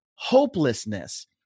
Hopelessness